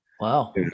Wow